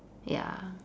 ya